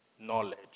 knowledge